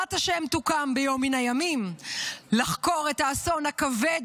שבעזרת השם תוקם ביום מן הימים לחקור את האסון הכבד